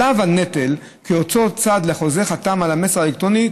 עליו הנטל כי אותו צד לחוזה חתם על המסר האלקטרוני.